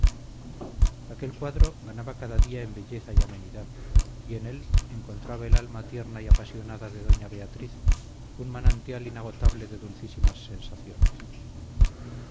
aquel cuadro ganaba cada día en belleza y amenidad y en él encontraba el alma tierna y apasionada de doña beatriz un manantial inagotable de dulcísimas sensaciones